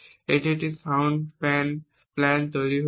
এটি একটি sound plan তৈরি করছে